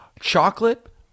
chocolate